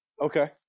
Okay